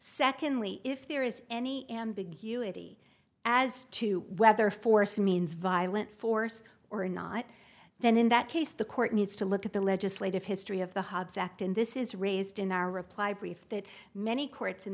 secondly if there is any ambiguity as to whether force means violent force or not then in that case the court needs to look at the legislative history of the hobbs act in this is raised in our reply brief that many courts in